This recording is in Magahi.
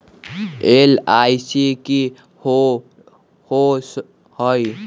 एल.आई.सी की होअ हई?